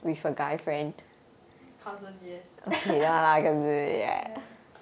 cousin yes